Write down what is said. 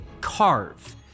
Carve